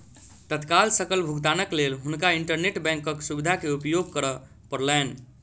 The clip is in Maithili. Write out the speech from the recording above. तत्काल सकल भुगतानक लेल हुनका इंटरनेट बैंकक सुविधा के उपयोग करअ पड़लैन